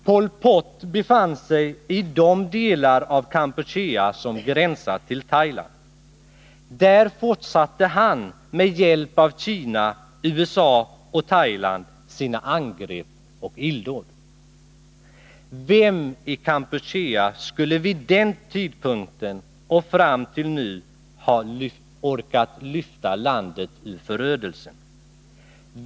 Pol Pot befann sig i de delar av Kampuchea som gränsar till Thailand. Där fortsatte han med hjälp av Kina, USA och Thailand sina angrepp och illdåd. Vem i Kampuchea skulle vid den tidpunkten och fram till nu ha orkat lyfta landet ur förödelsen?